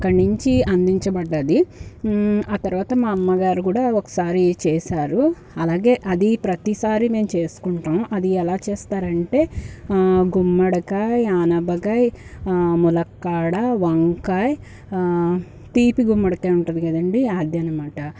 ఇక్కడ్నించి అందించబడ్డది ఆ తర్వాత మా అమ్మగారు కూడా ఒకసారి చేశారు అలాగే అదీ ప్రతిసారి మేము చేస్కుంటాం అది ఎలా చేస్తారంటే గుమ్మడకాయ అనపకాయ ములక్కాడ వంకాయ తీపి గుమ్మడికాయ ఉంటుంది కదండీ అది అన్మాట